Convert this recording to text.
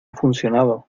funcionado